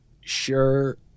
sure